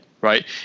right